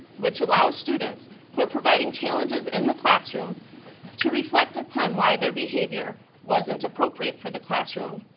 which allow students who are providing challenges in the classroom to reflect upon why their behavior wasn't appropriate for the classroom,